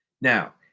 Now